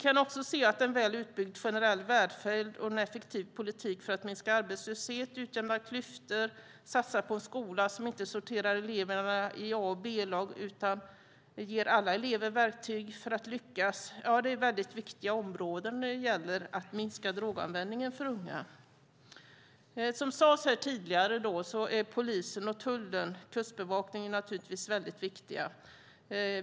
En väl utbyggd generell välfärd och en effektiv politik för att minska arbetslösheten, utjämna klyftor och satsa på en skola som inte sorterar eleverna i A och B-lag utan ger alla elever verktyg för att lyckas är mycket viktiga områden när det gäller att minska ungas droganvändning. Som sades tidigare är polisen, tullen och Kustbevakningen mycket viktiga.